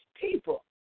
people